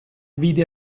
vide